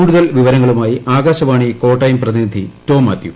കൂടുതൽ വിവരങ്ങളുമായി ആകാശവാണി കോട്ടയം പ്രതിനിധി ടോം മാത്യു